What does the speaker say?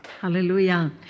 Hallelujah